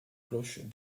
cloches